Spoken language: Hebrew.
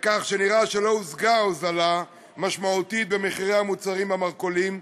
בכך שנראה שלא הושגה הוזלה משמעותית במחירי המוצרים במרכולים.